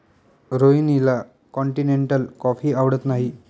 रोहिणीला continental coffee आवडत नाही